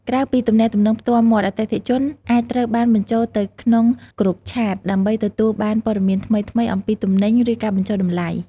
ក្រៅពីទំនាក់ទំនងផ្ទាល់មាត់ អតិថិជនអាចត្រូវបានបញ្ចូលទៅក្នុងក្រុមឆាត ដើម្បីទទួលបានព័ត៌មានថ្មីៗអំពីទំនិញ ឬការបញ្ចុះតម្លៃ។